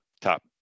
top